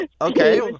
Okay